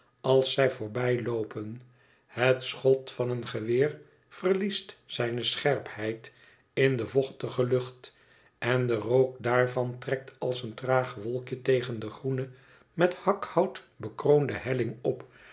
als zij voorbijloopen het schot van een geweer verliest zijne scherpheid in de vochtige lucht en de rook daarvan trekt als een traag wolkje tegen de groene met hakhout bekroonde helling op